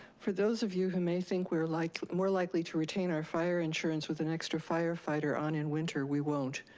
for those of you who may think we're like more likely to retain our fire insurance with an extra firefighter on in winter, we won't.